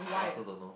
I also don't know